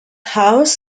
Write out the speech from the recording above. house